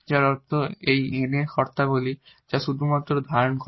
যার অর্থ এই N এর শর্তাবলী যা শুধুমাত্র y ধারণ করে